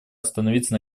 остановиться